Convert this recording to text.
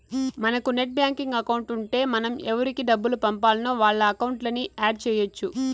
మనకు net banking account ఉంటే మనం ఎవురికి డబ్బులు పంపాల్నో వాళ్ళ అకౌంట్లని యాడ్ చెయ్యచ్చు